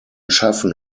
schaffen